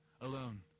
alone